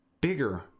bigger